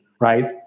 Right